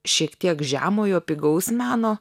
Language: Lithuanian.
šiek tiek žemojo pigaus meno